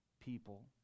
people